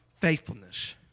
faithfulness